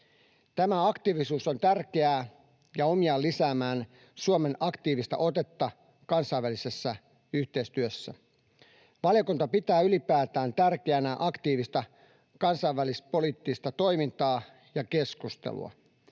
Tämä aktiivisuus on tärkeää ja omiaan lisäämään Suomen aktiivista otetta kansainvälisessä yhteistyössä. Valiokunta pitää ylipäätään tärkeänä aktiivista kansainvälis-poliittista toimintaa ja keskustelua.